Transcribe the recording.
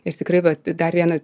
ir tikrai va dar vieną